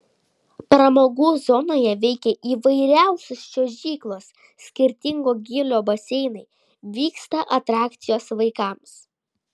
pramogų zonoje veikia įvairiausios čiuožyklos skirtingo gylio baseinai vyksta atrakcijos vaikams